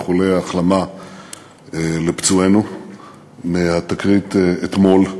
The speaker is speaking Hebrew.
איחולי החלמה לפצועינו מהתקרית אתמול.